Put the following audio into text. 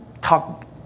talk